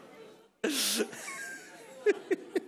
הצעת חוק הבחירות